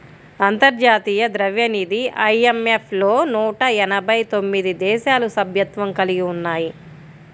అంతర్జాతీయ ద్రవ్యనిధి ఐ.ఎం.ఎఫ్ లో నూట ఎనభై తొమ్మిది దేశాలు సభ్యత్వం కలిగి ఉన్నాయి